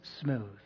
smooth